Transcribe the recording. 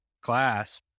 class